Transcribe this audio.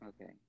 Okay